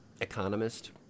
economist